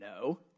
No